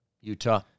Utah